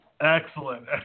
Excellent